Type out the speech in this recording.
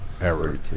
error